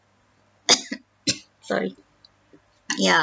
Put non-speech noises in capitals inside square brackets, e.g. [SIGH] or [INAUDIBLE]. [COUGHS] sorry ya